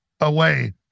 away